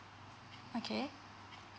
okay